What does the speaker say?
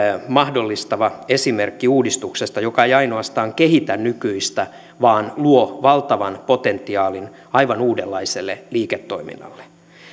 mahdollistava esimerkki uudistuksesta joka ei ainoastaan kehitä nykyistä vaan luo valtavan potentiaalin aivan uudenlaiselle liiketoiminnalle